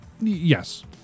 yes